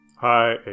Hi